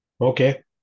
Okay